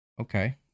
Okay